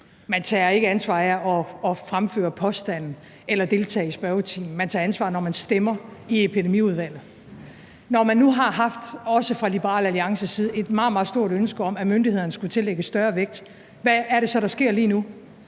Man tager ikke ansvar af at fremføre påstande eller deltage i spørgetimen. Man tager ansvar, når man stemmer i Epidemiudvalget. Når man nu også fra Liberal Alliances side har haft et meget, meget stort ønske om, at myndighederne skulle tillægges større vægt, hvad er det så, der sker lige nu?